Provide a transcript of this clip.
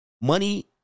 Money